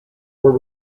were